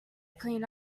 clean